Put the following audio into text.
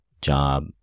job